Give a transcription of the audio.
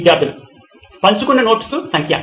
విద్యార్థులు పంచుకున్న నోట్స్ సంఖ్య